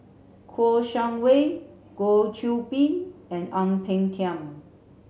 Kouo Shang Wei Goh Qiu Bin and Ang Peng Tiam